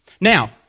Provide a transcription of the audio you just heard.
Now